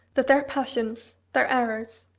that their passions, their errors,